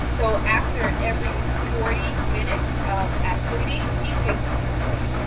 so after every forty minutes of activity, he takes a movement break.